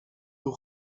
aux